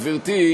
גברתי,